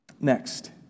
next